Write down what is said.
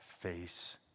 face